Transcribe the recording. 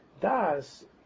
Da's